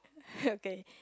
okay